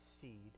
seed